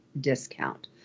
discount